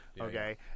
Okay